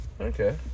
Okay